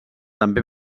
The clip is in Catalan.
també